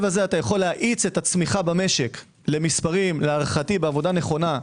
הזה אתה יכול להאיץ את הצמיחה במשק למספרים - להערכתי בעבודה נכונה,